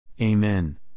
Amen